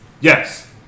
Yes